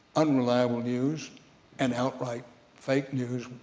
unreliable news and outright fake news,